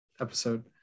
episode